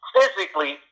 Physically